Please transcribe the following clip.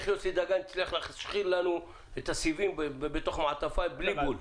איך יוסי דגן הצליח להשחיל לנו את הסיבים בתוך מעטפה בלי בול.